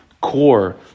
core